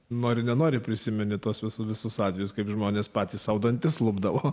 nori nenori prisimeni tuos visų visus atvejus kaip žmonės patys sau dantis lupdavo